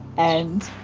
and,